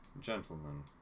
Gentlemen